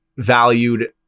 valued